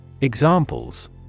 Examples